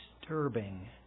disturbing